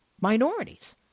minorities